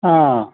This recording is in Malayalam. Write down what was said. ആ